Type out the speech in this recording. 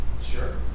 Sure